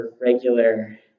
regular